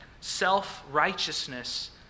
Self-righteousness